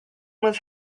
was